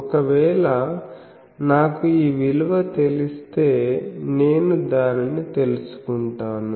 ఒకవేళ నాకు ఈ విలువ తెలిస్తే నేను దీనిని తెలుసుకుంటాను